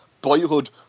Boyhood